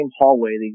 hallway